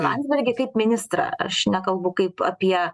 landsbergį kaip ministrą aš nekalbu kaip apie